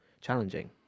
challenging